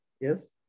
yes